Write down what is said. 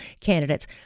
candidates